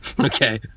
Okay